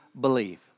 believe